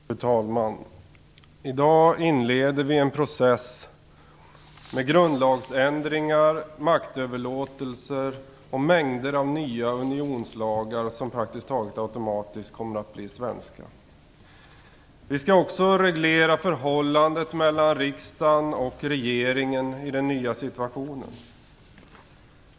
Fru talman! I dag inleder vi en process med grundlagsändringar, maktöverlåtelser och en mängd nya unionslagar som praktiskt taget automatiskt kommer att bli svenska. Vi skall också reglera förhållandet mellan riksdagen och regeringen i den nya situationen.